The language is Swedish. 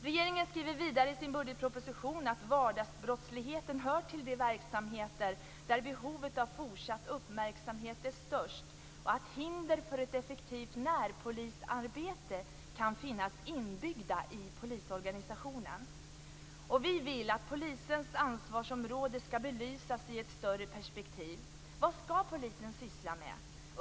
Regeringen skriver vidare i sin budgetproposition att vardagsbrottsligheten hör till de verksamheter där behovet av fortsatt uppmärksamhet är störst och att hinder för ett effektivt närpolisarbete kan finnas inbyggda i polisorganisationen. Vi vill att polisens ansvarsområde skall belysas i ett större perspektiv. Vad skall polisen syssla med?